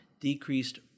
Decreased